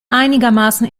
einigermaßen